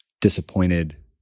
disappointed